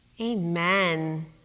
Amen